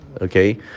Okay